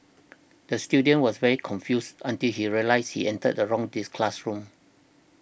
the student was very confused until he realised he entered the wrong diss classroom